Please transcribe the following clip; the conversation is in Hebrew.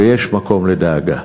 ויש מקום לדאגה.